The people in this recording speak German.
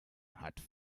hat